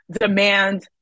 demand